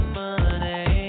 money